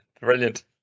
Brilliant